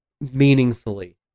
meaningfully